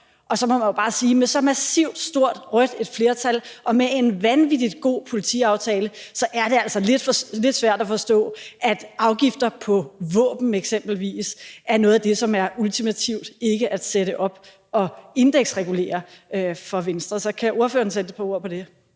og så må man bare sige, at med et så massivt stort rødt flertal og med en vanvittig god politiaftale er det altså lidt svært at forstå, at afgifter på våben eksempelvis for Venstre er noget af det, der ultimativt ikke må sættes op og indeksreguleres. Kan ordføreren sætte et par ord på det?